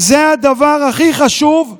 זה הדבר הכי חשוב.